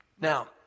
Now